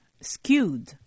skewed